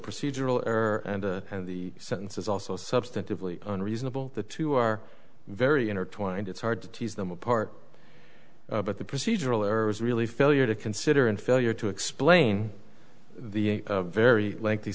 procedural error and and the sentence is also substantively unreasonable the two are very intertwined it's hard to tease them apart but the procedural errors really failure to consider and failure to explain the very lengthy